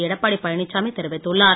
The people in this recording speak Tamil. எடப்பாடி பழனிச்சாமி தெரிவித்துள்ளார்